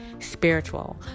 spiritual